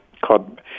called